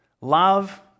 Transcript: Love